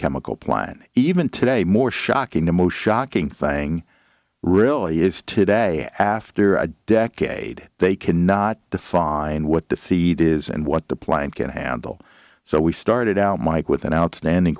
chemical plant even today more shocking the most shocking thing really is today after a decade they cannot define what the feat is and what the plane can handle so we started out mike with an outstanding